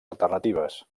alternatives